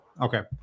okay